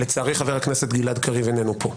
לצערי חבר הכנסת גלעד קריב איננו פה.